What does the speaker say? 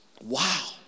Wow